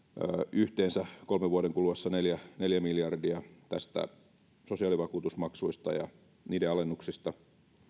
yhteensä kolmen vuoden kuluessa neljä neljä miljardia sosiaalivakuutusmaksujen alennuksista ja